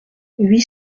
huit